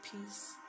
peace